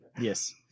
Yes